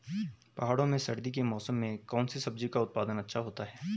पहाड़ों में सर्दी के मौसम में कौन सी सब्जी का उत्पादन अच्छा होता है?